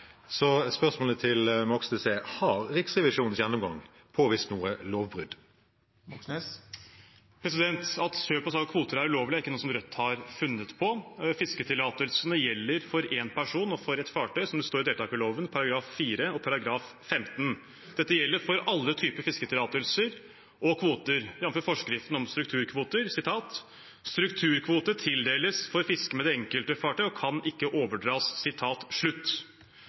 Så spørsmålet til Moxnes er: Har Riksrevisjonens gjennomgang påvist noe lovbrudd? At kjøp og salg av kvoter er ulovlig, er ikke noe som Rødt har funnet på. Fisketillatelsene gjelder for én person og for ett fartøy, som det står i deltakerloven § 4 og § 15. Dette gjelder for alle typer fisketillatelser og kvoter, jf. forskriften om strukturkvoter: «Strukturkvote tildeles for fiske med det enkelte fartøy, og kan ikke overdras.»